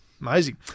Amazing